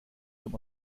zum